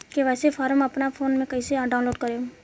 KYC form अपना phone मे कइसे डाऊनलोड करेम?